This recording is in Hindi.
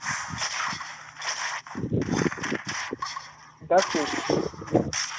दस पीस